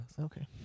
Okay